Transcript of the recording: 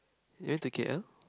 you went to k_l